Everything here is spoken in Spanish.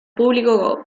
público